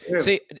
see